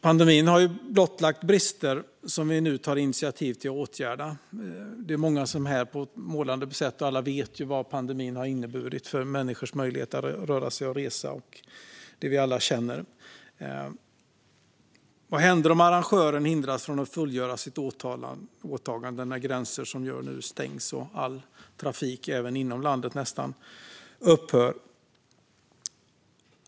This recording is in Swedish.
Pandemin har blottlagt brister som vi nu tar initiativ till att åtgärda. Det är många här som på ett målande sätt beskrivit detta. Alla vet ju vad pandemin har inneburit för människors möjligheter att röra sig och resa. Detta känner vi alla till. Vad händer om arrangören hindras från att fullgöra sitt åtagande när, som nu sker, gränser stängs och all trafik även inom landet nästan upphör?